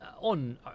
on